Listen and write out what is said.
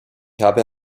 habe